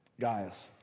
Gaius